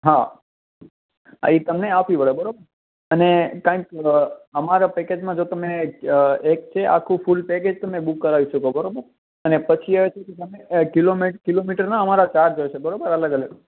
હા એ તમને આપવી પડે બરાબર અને કારણ કે અમારા પેકેજમાં જો તમને અ એક છે આખું ફૂલ પૅકેજ તમે બૂક કરાવી શકો બરાબર અને પછી એક છે કે તમે કિલોમેટ કિલોમીટરના અમારા ચાર્જ હોય છે બરાબર અલગ અલગ